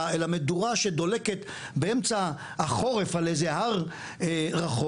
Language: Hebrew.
אל המדורה שדולקת באמצע החורף על איזה הר רחוק,